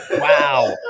Wow